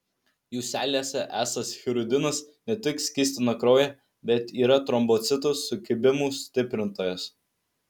jų seilėse esąs hirudinas ne tik skystina kraują bet yra trombocitų sukibimų stiprintojas